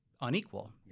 Unequal